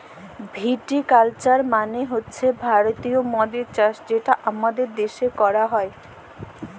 ভিটি culture মালে হছে ভারতীয় মদের চাষ যেটা আমাদের দ্যাশে ক্যরা হ্যয়